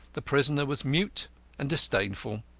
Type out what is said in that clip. the prisoner was mute and disdainful,